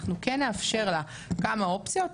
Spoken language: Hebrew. אנחנו כן נאפשר לה כמה אופציות,